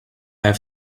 have